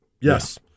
yes